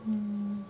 ಹ್ಞೂ